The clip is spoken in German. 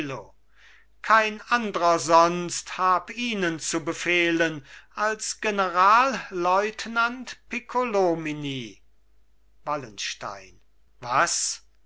kein andrer sonst hab ihnen zu befehlen als generalleutnant piccolomini wallenstein was